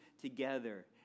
together